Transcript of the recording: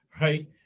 Right